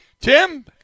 Tim